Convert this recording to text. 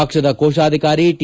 ಪಕ್ಷದ ಕೋಶಾಧಿಕಾರಿ ಟಿ